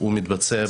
מתבצע שם.